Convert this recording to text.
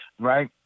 right